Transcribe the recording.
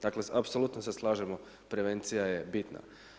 Dakle apsolutno se slažemo, prevencija je bitna.